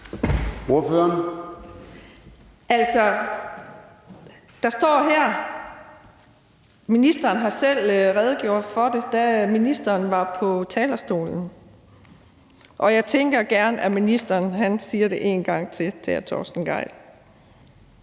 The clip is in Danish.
Hansen (M): Ministeren har selv redegjort for det, da ministeren var på talerstolen. Jeg tænker, at ministeren gerne siger det en gang til til hr. Torsten Gejl.